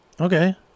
Okay